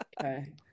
Okay